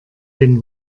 den